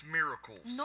miracles